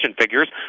figures